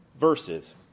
verses